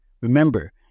Remember